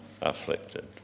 afflicted